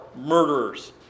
murderers